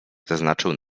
zaznaczył